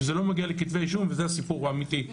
זה לא מגיע לכתבי אישום וזה הסיפור האמיתי.